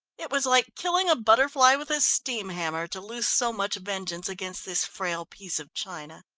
it was like killing a butterfly with a steam hammer, to loose so much vengeance against this frail piece of china.